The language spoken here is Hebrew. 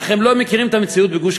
אך הם לא מכירים את המציאות בגוש-קטיף.